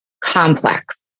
complex